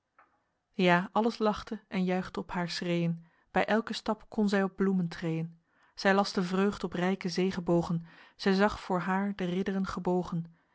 ja alles lachte en juichte op hare schreên bij elken stap kon zy op bloemen treên zy las de vreugd op ryke zegebogen zy zag voor haer de ridderen gebogen